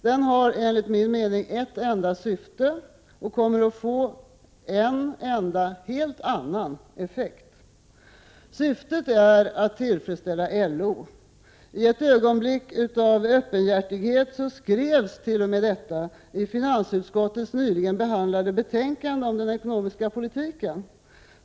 Den har enligt min mening ett enda syfte och kommer att få en enda— helt annan — effekt. Syftet är att tillfredsställa LO. I ett ögonblick av öppenhjärtighet skrevs t.o.m. detta i finansutskottets nyligen behandlade betänkande om den ekonomiska politiken.